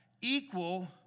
equal